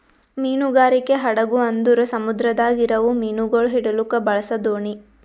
ಮೀನುಗಾರಿಕೆ ಹಡಗು ಅಂದುರ್ ಸಮುದ್ರದಾಗ್ ಇರವು ಮೀನುಗೊಳ್ ಹಿಡಿಲುಕ್ ಬಳಸ ದೋಣಿ